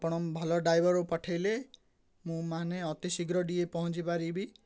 ଆପଣ ଭଲ ଡ୍ରାଇଭର୍ ପଠେଇଲେ ମୁଁ ମାନେ ଅତି ଶୀଘ୍ର ଟିକେ ପହଁଞ୍ଚି ପାରିବି